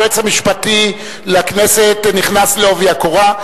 היועץ המשפטי לכנסת נכנס בעובי הקורה.